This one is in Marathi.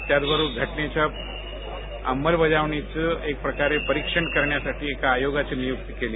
त्याचबरोबर घटनेच्या अंमलबजावणीचे परीक्षण करण्यासाठी एका आयोगाची नियुक्ती केली